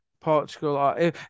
Portugal